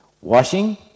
Washing